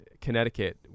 Connecticut